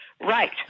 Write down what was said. right